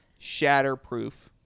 shatterproof